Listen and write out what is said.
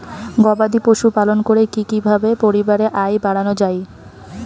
গবাদি পশু পালন করে কি কিভাবে পরিবারের আয় বাড়ানো যায়?